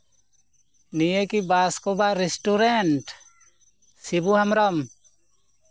ᱱᱤᱭᱟᱹ ᱠᱤ ᱵᱟᱸᱥᱠᱚᱵᱟ ᱨᱮᱥᱴᱩᱨᱮᱱᱴ ᱥᱤᱵᱩ ᱦᱮᱢᱵᱨᱚᱢ